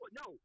no